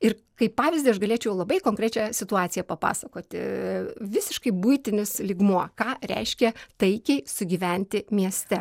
ir kaip pavyzdį aš galėčiau labai konkrečią situaciją papasakoti visiškai buitinis lygmuo ką reiškia taikiai sugyventi mieste